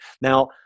Now